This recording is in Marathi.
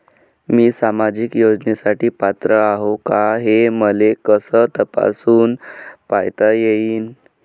मी सामाजिक योजनेसाठी पात्र आहो का, हे मले कस तपासून पायता येईन?